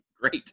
Great